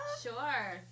Sure